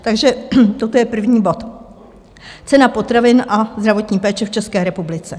Takže toto je první bod, Cena potravin a zdravotní péče v České republice.